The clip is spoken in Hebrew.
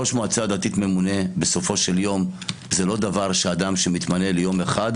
ראש מועצה דתית ממונה בסופו של יום זה לא אדם שמתמנה ליום אחד,